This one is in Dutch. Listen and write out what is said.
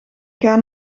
gaan